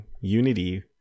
Unity